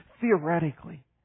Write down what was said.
theoretically